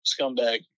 scumbag